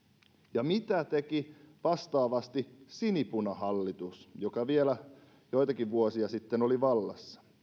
ja mitä teki vastaavasti sinipunahallitus joka vielä joitakin vuosia sitten oli vallassa